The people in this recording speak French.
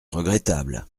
regrettable